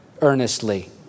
earnestly